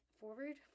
forward